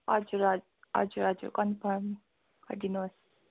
हजुर हजुर हजुर हजुर कन्फर्म गरिदिनुहोस्